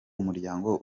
umuryango